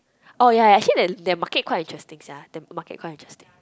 oh ya actually their their market quite interesting sia the market quite interesting